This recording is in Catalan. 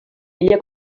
ella